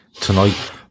tonight